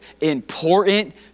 important